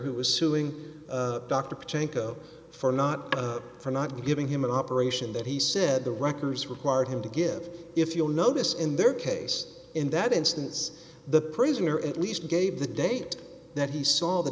who was suing a doctor for not for not giving him an operation that he said the records required him to give if you'll notice in their case in that instance the prisoner at least gave the date that he saw the